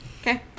Okay